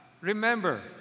remember